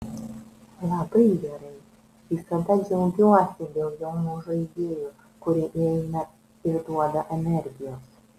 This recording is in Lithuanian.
labai gerai visada džiaugiuosi dėl jaunų žaidėjų kurie įeina ir duoda energijos